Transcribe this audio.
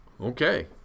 okay